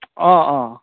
অঁ অঁ